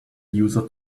user